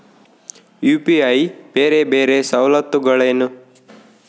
UPI ಬೇರೆ ಬೇರೆ ಸವಲತ್ತುಗಳೇನು?